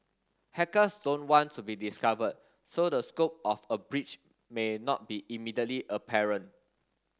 hackers don't want to be discovered so the scope of a breach may not be immediately apparent